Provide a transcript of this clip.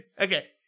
Okay